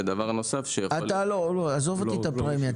לא, עזוב את הפרמיה.